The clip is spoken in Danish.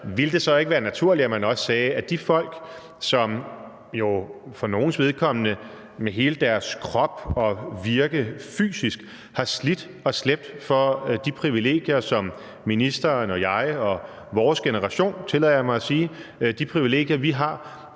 ville det så ikke være naturligt, at man også gjorde det for de folk, som jo for nogles vedkommende med hele deres krop og virke fysisk har slidt og slæbt for de privilegier, som ministeren og jeg og vores generation, tillader jeg mig at sige, har? Det er jo